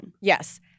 Yes